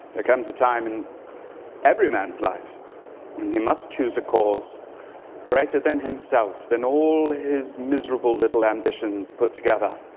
there comes a time in every man's life when he must choose a cause greater than himself, than all his miserable little ambitions put together.